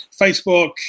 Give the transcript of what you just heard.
Facebook